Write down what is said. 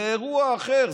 זה אירוע אחר.